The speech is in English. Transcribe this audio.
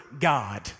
God